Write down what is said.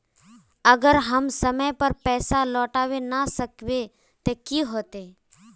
अगर हम समय पर पैसा लौटावे ना सकबे ते की होते?